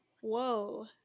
Whoa